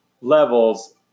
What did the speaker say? levels